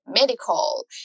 medical